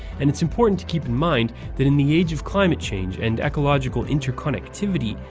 and it's important to keep in mind that in the age of climate change and ecological interconnectivity,